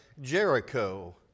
Jericho